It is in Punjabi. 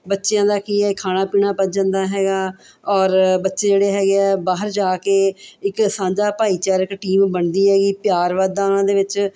ਬੱਚਿਆਂ ਦਾ ਕੀ ਹੈ ਖਾਣਾ ਪੀਣਾ ਪਚ ਜਾਂਦਾ ਹੈਗਾ ਔਰ ਬੱਚੇ ਜਿਹੜੇ ਹੈਗੇ ਆ ਬਾਹਰ ਜਾ ਕੇ ਇੱਕ ਸਾਂਝਾ ਭਾਈਚਾਰਕ ਟੀਮ ਬਣਦੀ ਹੈਗੀ ਪਿਆਰ ਵੱਧਦਾ ਉਹਨਾਂ ਦੇ ਵਿੱਚ